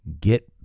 get